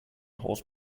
horse